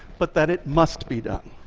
but that it must be done.